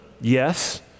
Yes